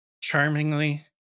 charmingly